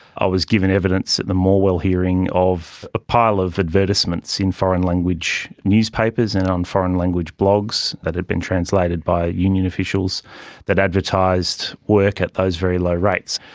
i was given evidence at the morwell hearing of a pile of advertisements in foreign language newspapers and on foreign language blogs that had been translated by union officials that advertised work at those very low rates.